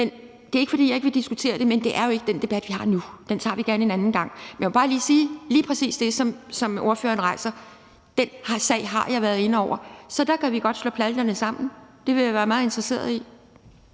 Det er ikke, fordi jeg ikke vil diskutere det, men det er jo ikke den debat, vi har nu. Vi tager den gerne en anden gang. Men jeg må bare sige, at lige præcis den sag, som ordføreren rejser, har jeg været inde over, så der kan vi godt slå pjalterne sammen. Det ville jeg være meget interesseret i.